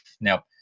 now